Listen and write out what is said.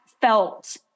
felt